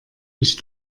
ich